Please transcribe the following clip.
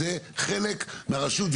זה חלק מהרשות.